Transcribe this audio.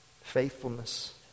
Faithfulness